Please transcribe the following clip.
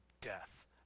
death